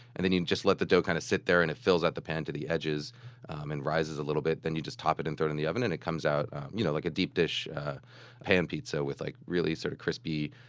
and then you just let the dough kind of sit there and it fills up the pan to the edges and rises a little bit. then you just top it and throw it in the oven. and it comes out you know like a deep-dish pan pizza with like really sort of crispy,